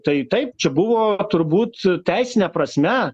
tai taip čia buvo turbūt teisine prasme